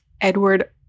Edward